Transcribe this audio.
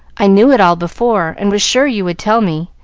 i knew it all before, and was sure you would tell me,